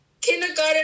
Kindergarten